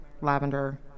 lavender